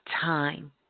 time